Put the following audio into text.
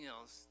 else